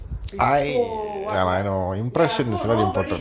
be so what what ya so nobody